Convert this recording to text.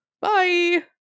Bye